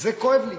זה כואב לי,